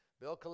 Bill